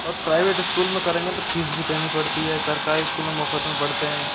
और private school में करेंगे तो फ़ीस भी देनी पड़ती है सरकारी स्कूलों में मुफ़्त में पढ़ते हैं